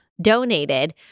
donated